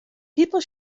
people